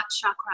chakra